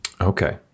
Okay